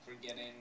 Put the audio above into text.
forgetting